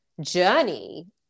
journey